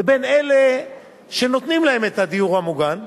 לבין אלה שנותנים להם את הדיור המוגן,